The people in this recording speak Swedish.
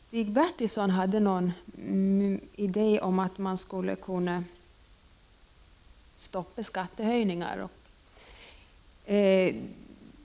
Stig Bertilsson hade en idé om att skattehöjningar därigenom skulle kunna stoppas.